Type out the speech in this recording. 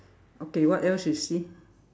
okay what else you see